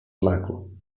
smaku